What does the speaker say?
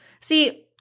See